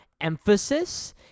emphasis